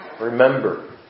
Remember